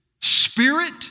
spirit